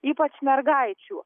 ypač mergaičių